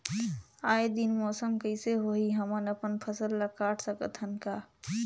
आय दिन मौसम कइसे होही, हमन अपन फसल ल काट सकत हन का?